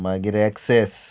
मागीर एक्ससेस